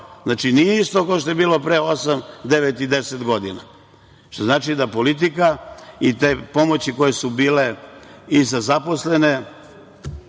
Znači nije isto kao što je bilo pre osam, devet i deset godina, što znači da politika i te pomoći koje su bile i za zaposlene,